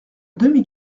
demi